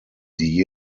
die